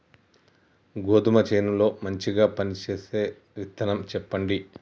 గోధుమ చేను లో మంచిగా పనిచేసే విత్తనం చెప్పండి?